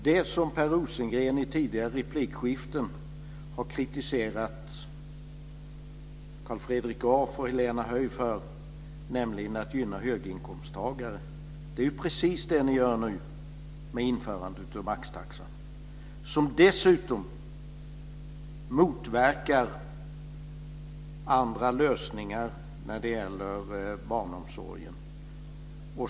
Det som Per Rosengren i tidigare replikskiften har kritiserat Carl Fredrik Graf och Helena Höij för, att gynna höginkomsttagare, är precis det ni nu gör med införandet av maxtaxan. Den motverkar dessutom andra lösningar när det gäller barnomsorgen.